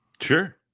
Sure